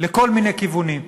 לכל מיני כיוונים.